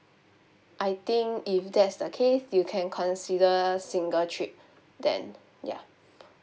I think if that's the case you can consider single trip then ya